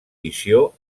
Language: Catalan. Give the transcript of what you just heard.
visió